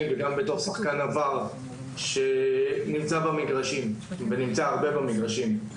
וגם בתור שחקן עבר שנמצא הרבה במגרשים.